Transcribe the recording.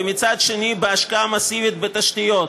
ומצד שני, בהשקעה מסיבית בתשתיות,